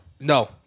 No